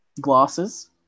glasses